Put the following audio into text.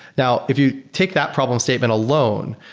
now, if you take that problem statement alone,